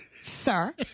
sir